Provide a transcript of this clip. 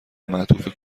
معطوف